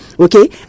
Okay